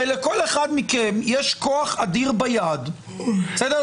הרי לכל אחד מכם יש כוח אדיר ביד, בסדר?